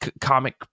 comic